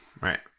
right